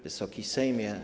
Wysoki Sejmie!